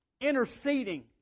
interceding